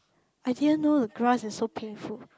I didn't know the grass is so painful